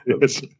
Yes